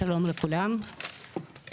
שלום לכולם,